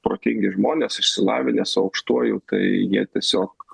protingi žmonės išsilavinę su aukštuoju tai jie tiesiog